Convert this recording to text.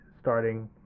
starting